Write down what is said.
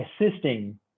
assisting